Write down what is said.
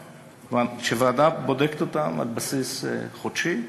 שוועדה בודקת אותם על בסיס חודשי.